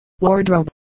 wardrobe